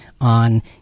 on